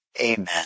Amen